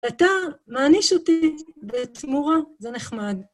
אתה מעניש אותי לתמורה, זה נחמד.